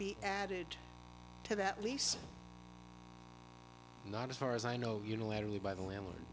be added to that lease not as far as i know unilaterally by the land